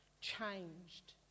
Changed